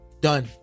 done